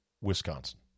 Wisconsin